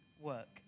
work